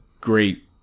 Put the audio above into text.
great